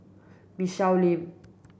Michelle Lim